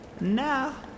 Now